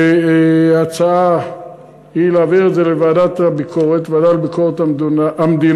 וההצעה היא להעביר את זה לוועדה לביקורת המדינה,